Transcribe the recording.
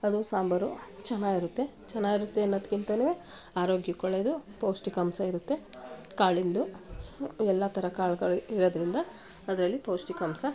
ಅದು ಸಾಂಬಾರು ಚೆನ್ನಾಗಿರುತ್ತೆ ಚೆನ್ನಾಗಿರುತ್ತೆ ಅನ್ನೋದ್ಕಿಂತಲೇ ಆರೋಗ್ಯಕ್ಕೆ ಒಳ್ಳೆಯದು ಪೌಷ್ಟಿಕಾಂಶ ಇರುತ್ತೆ ಕಾಳಿಂದು ಎಲ್ಲ ಥರ ಕಾಳ್ಗಳು ಇರೋದರಿಂದ ಅದರಲ್ಲಿ ಪೌಷ್ಟಿಕಾಂಶ